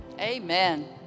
Amen